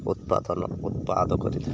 ଉତ୍ପାଧନ ଉତ୍ପାଦ କରିଥାଏ